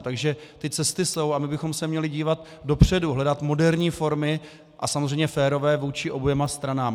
Takže ty cesty jsou a my bychom se měli dívat dopředu, hledat moderní formy, a samozřejmě férové vůči oběma stranám.